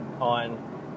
on